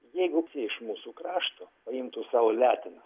jeigu tie iš mūsų krašto paimtų savo letenas